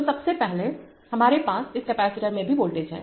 तो सबसे पहले हमारे पास इस कपैसिटर में भी वोल्टेज है